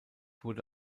wurde